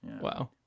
Wow